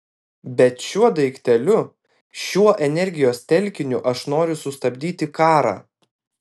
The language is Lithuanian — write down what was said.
bet šiuo daikteliu šiuo energijos telkiniu aš noriu sustabdyti karą